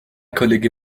kollege